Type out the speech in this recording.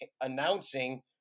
announcing